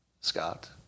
Scott